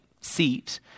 seat